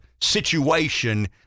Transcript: situation